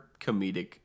comedic